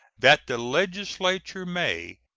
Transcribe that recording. that the legislature may,